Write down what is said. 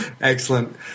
Excellent